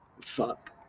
Fuck